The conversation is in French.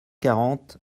quarante